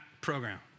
program